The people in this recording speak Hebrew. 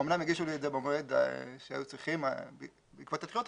אמנם הגישו לי את זה במועד שהיו צריכים בעקבות התלונות,